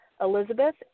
Elizabeth